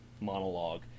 monologue